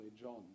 John